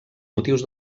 motius